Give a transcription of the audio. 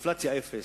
אינפלציה אפס,